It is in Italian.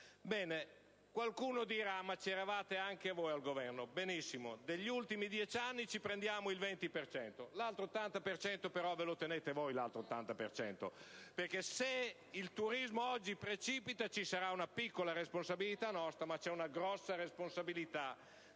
Bene, qualcuno dirà: «Ma c'eravate anche voi al Governo». Benissimo, degli ultimi dieci anni ci prendiamo il 20 per cento; l'altro 80 per cento però ve lo tenete voi, perché se il turismo oggi precipita ci sarà una piccola responsabilità nostra, ma c'è una grande responsabilità